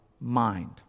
mind